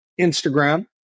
Instagram